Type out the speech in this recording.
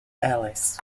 alice